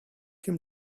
him